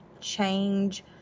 change